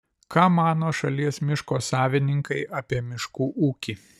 ką mano šalies miško savininkai apie miškų ūkį